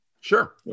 Sure